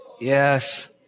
Yes